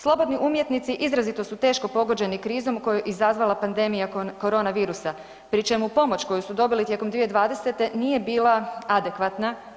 Slobodni umjetnici izrazito su teško pogođeni krizom koja je izazvala pandemija koronavirusa, pri čemu pomoć koju su dobili tijekom 2020. nije bila adekvatna.